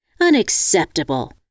Unacceptable